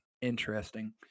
interesting